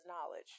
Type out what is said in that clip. knowledge